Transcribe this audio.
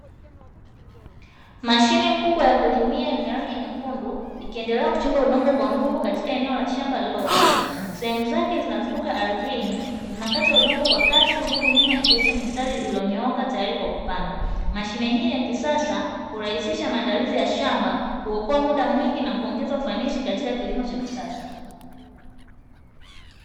Mashine kubwa ya kulimia yenye rangi nyekundu, ikiendelea kuchimba udongo kwa nguvu katika eneo la shamba lililo wazi. Sehemu zake zinazunguka ardhini, zinakata udongo kwa kasi, huku nyuma ikiacha mistari iliyonyooka tayari kwa kupandwa. Mashine hii ya kisasa hurahisisha maandalizi ya shamba, kuokoa mda mwingi na kuongeza ufanisi katika kilimo cha kisasa.